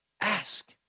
Ask